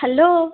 hello